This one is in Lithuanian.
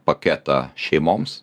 paketą šeimoms